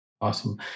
Awesome